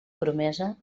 promesa